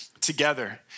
together